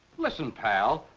listen, pal.